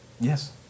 Yes